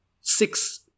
Six